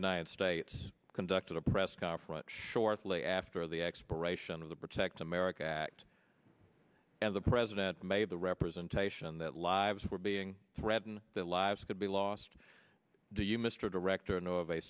united states conducted a press conference shortly after the expiration of the protect america act and the president made the representation that lives were being threatened the lives could be lost do you mr director